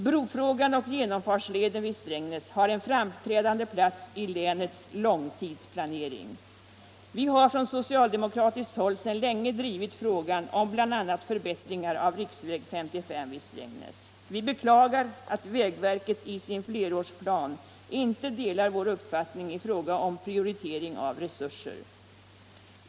Bron och genomfartsleden vid Strängnäs är frågor som har en framträdande plats i länets långtidsplanering. Från socialdemokratiskt håll har vi sedan länge drivit bl.a. frågan om förbättringar av riksväg 55 vid Strängnäs. Vi beklagar att vägverket i sin flerårsplan inte delar vår uppfattning i fråga om prioritering av resurser.